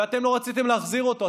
ואתם לא רציתם להחזיר אותו.